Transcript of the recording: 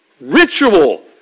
ritual